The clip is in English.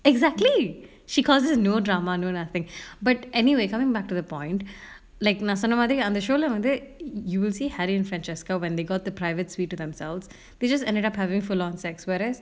exactly she causes no drama no nothing but anyway coming back to the point like நா சொன்ன மாறி அந்த:na sonna mari antha show lah வந்து:vanthu you will see harry and francesco when they got the private suite to themselves they just ended up having full on sex whereas